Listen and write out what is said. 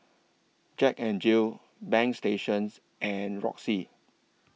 Jack N Jill Bagstationz and Roxy